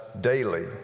daily